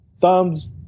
thumbs